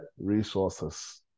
resources